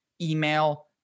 email